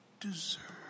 deserve